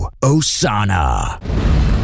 Osana